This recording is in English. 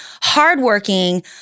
hardworking